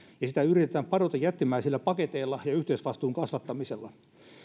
ja sitä yritetään padota jättimäisillä paketeilla ja yhteisvastuun kasvattamisella